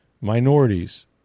Minorities